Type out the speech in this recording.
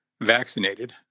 vaccinated